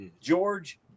George